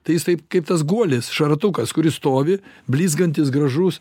tai jis taip kaip tas guolis šratukas kuris stovi blizgantis gražus